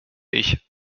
ich